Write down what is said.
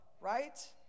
right